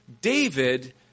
David